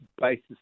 Basis